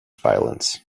violence